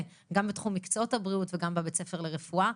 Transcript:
גם בתחום מקצועות הבריאות וגם בבית הספר לרפואה.